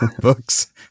books